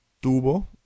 Tuvo